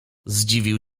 zdziwił